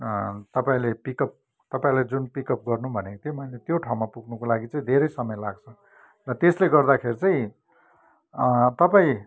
तपाईँले पिकअप तपाईँलाई जुन पिकअप गर्नु भनेको थिएँ मैले त्यो ठाउँमा पुग्नुको लागि चाहिँ धेरै समय लाग्छ र त्यसले गर्दाखेरि चाहिँ तपाईँ